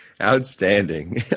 Outstanding